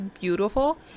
beautiful